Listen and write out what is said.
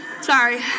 sorry